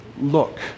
look